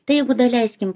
tai jeigu daleiskim